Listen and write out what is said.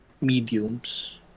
mediums